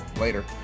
Later